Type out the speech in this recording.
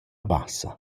bassa